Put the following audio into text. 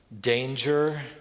danger